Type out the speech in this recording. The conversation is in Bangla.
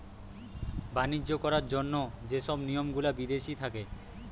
বাণিজ্য করার জন্য যে সব নিয়ম গুলা বিদেশি থাকে